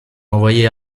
envoyés